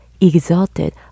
exalted